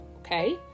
okay